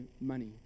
money